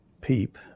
PEEP